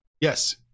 Yes